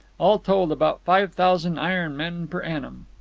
all told, about five thousand iron men per annum.